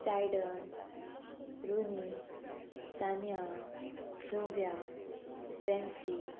सायडन रुनी सानिया स्न्ययुव्या फ्रेंसी